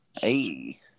Hey